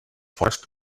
forced